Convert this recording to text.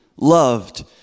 loved